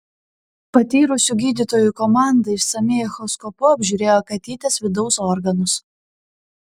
patyrusių gydytojų komanda išsamiai echoskopu apžiūrėjo katytės vidaus organus